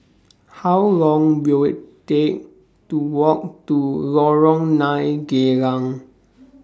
How Long Will IT Take to Walk to Lorong nine Geylang